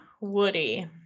woody